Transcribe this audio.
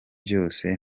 byose